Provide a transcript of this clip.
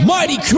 Mighty